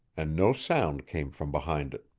and no sound came from behind it.